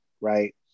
Right